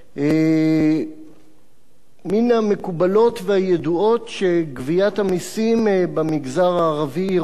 מן המקובלות והידועות שגביית המסים במגזר הערבי ירודה מאוד,